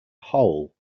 whole